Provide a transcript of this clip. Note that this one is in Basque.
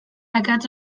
akats